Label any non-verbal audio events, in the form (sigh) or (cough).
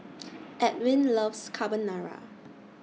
(noise) Edwin loves Carbonara